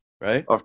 right